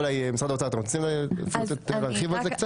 משרד האוצר אתם רוצים להרחיב על זה קצת?